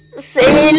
seventy